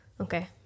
Okay